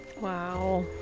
Wow